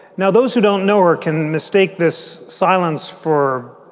now, those who don't know or can mistake this silence for,